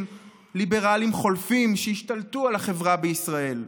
ליברליים חולפים שהשתלטו על החברה בישראל.